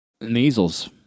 measles